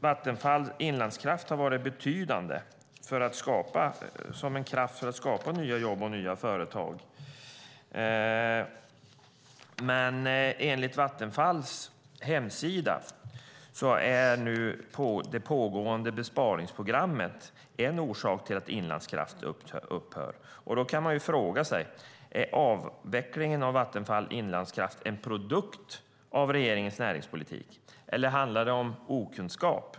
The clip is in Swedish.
Vattenfall Inlandskraft har varit betydande som en kraft för att skapa nya jobb och nya företag. Men enligt Vattenfalls hemsida är nu det pågående besparingsprogrammet en orsak till att Vattenfall Inlandskraft upphör. Då kan man fråga sig: Är avvecklingen av Vattenfall Inlandskraft en produkt av regeringens näringspolitik, eller handlar det om okunskap?